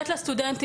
בממשלה,